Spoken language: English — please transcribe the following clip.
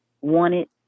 wanted